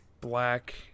Black